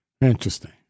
Interesting